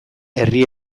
herri